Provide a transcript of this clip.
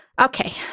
Okay